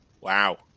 Wow